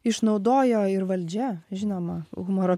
išnaudojo ir valdžia žinoma humoro